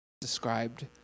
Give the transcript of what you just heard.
described